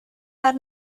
are